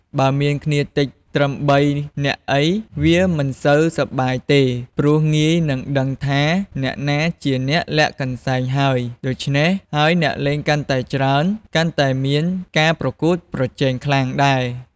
បើមានគ្នាតិចពេកត្រឹម៣ នាក់អី វានឹងមិនសូវសប្បាយទេ ព្រោះងាយនឹងដឹងថាអ្នកណាជាអ្នកលាក់កន្សែងហើយ ដូច្នេះហើយអ្នកលេងកាន់តែច្រើន កាន់តែមានការប្រកួតប្រជែងខ្លាំងដែរ។